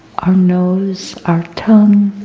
our nose, our tongue,